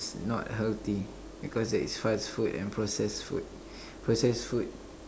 not healthy because that is fast food and process food process food